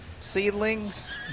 seedlings